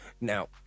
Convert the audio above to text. Now